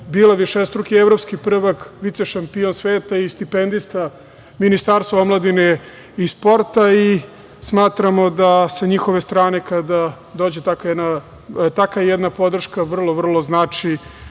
bila višestruki evropski prvak, vicešampion sveta i stipendista Ministarstva omladine i sporta. Smatramo da kada sa njihove strane dođe takva jedna podrška, to vrlo vrlo znači